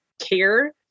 care